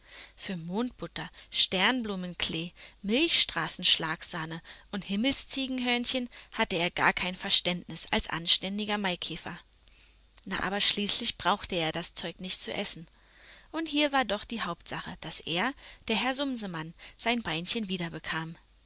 für mondbutter sternblumenklee milchstraßen schlagsahne und himmelsziegenhörnchen hatte er gar kein verständnis als anständiger maikäfer na aber schließlich brauchte er ja das zeug nicht zu essen und hier war doch die hauptsache daß er der herr sumsemann sein beinchen wiederbekam